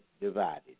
divided